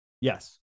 Yes